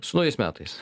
su naujais metais